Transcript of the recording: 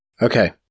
Okay